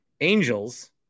Angels